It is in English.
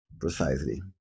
Precisely